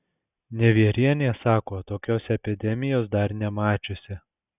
nevierienė sako tokios epidemijos dar nemačiusi